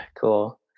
Cool